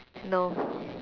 no